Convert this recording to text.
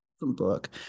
book